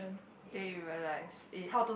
then you realised it